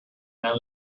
and